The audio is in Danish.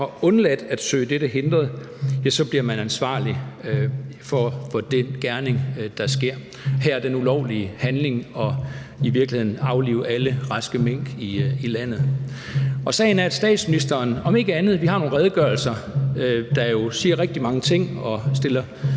har undladt at søge dette hindret, så bliver man ansvarlig for den gerning, der sker – her den ulovlige handling, altså i virkeligheden at aflive alle raske mink i landet. Sagen er om statsministeren. Vi har nogle redegørelser, der jo siger rigtig mange ting, og der